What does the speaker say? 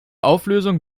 auflösung